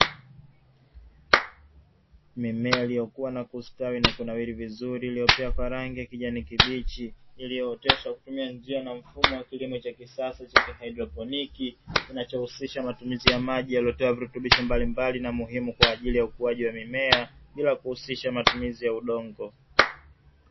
Mimea iliyokua na kustawi na kunawiri vizuri iliyopea kwa rangi ya kijani kibichi, ilioyooteshwa kwa kutumia njia na mfumo wa kilimo cha kisasa na cha kihaidroponi, kinachohusisha matumizi ya maji yaliyotiwa virutubisho mbalimbali na muhimu kwa ajili ya ukuaji wa mimea ,bila kuhusisha matumizi ya udongo.